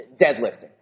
deadlifting